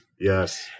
Yes